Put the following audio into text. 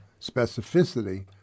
specificity